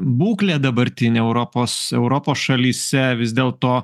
būklę dabartinę europos europos šalyse vis dėl to